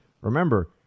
remember